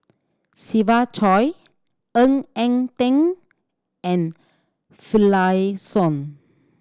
Siva Choy Ng Eng Teng and Finlayson